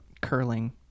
curling